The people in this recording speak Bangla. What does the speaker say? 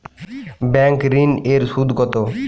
ব্যাঙ্ক ঋন এর সুদ কত?